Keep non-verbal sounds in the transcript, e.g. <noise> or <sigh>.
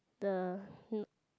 the <noise>